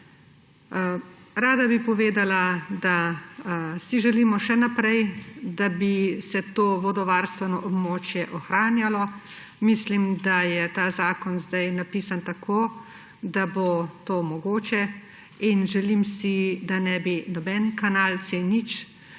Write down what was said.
Rada bi povedala, da si želimo še naprej, da bi se to vodovarstveno območje ohranjalo. Mislim, da je ta zakon sedaj napisan tako, da bo to mogoče in želim si, da ne bi noben kanal C0, ki